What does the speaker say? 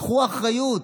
קחו אחריות.